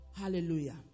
Hallelujah